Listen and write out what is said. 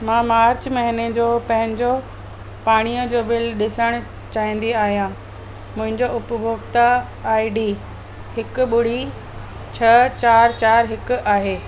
मां मार्च महीने जो पंहिंजो पाणीअ जो बिल ॾिसणु चाहींदी आहियां मुंहिंजो उपभोक्ता आई डी हिकु ॿुड़ी छह चारि चारि हिकु आहे